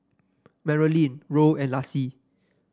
Marolyn Roll and Laci